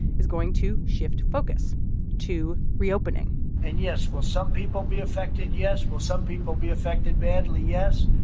is going to shift focus to reopening and, yes, will some people be affected? yes. will some people be affected badly? yes.